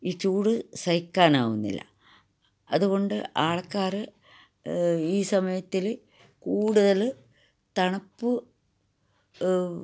ഈ ചൂട് സഹിക്കാൻ ആവുന്നില്ല അതുകൊണ്ട് ആളക്കാറ് ഈ സമയത്തില് കൂടുതൽ തണുപ്പ്